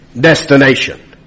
destination